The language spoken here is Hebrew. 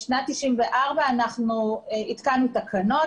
בשנת 1994 אנחנו התקנו תקנות,